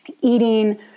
Eating